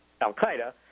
al-Qaeda